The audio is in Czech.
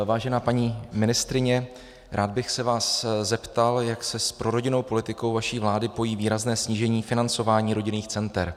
Vážená paní ministryně, rád bych se vás zeptal, jak se s prorodinnou politikou vaší vlády pojí výrazné snížení financování rodinných center.